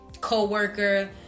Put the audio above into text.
co-worker